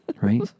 Right